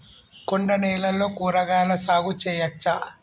కొండ నేలల్లో కూరగాయల సాగు చేయచ్చా?